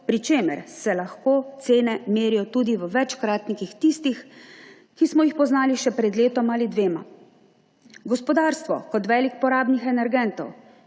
pri čemer se lahko cene merijo tudi v večkratnikih tistih, ki smo jih poznali še pred letom ali dvema. Gospodarstvo kot velik porabnik energentov,